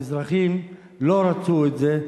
האזרחים לא רצו את זה,